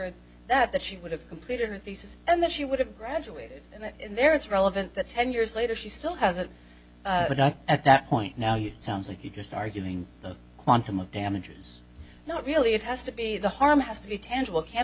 that that she would have completed her thesis and that she would have graduated and there it's relevant that ten years later she still hasn't at that point now you sound like you just arguing the quantum of damages not really it has to be the harm has to be tangible can't